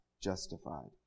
justified